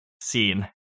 scene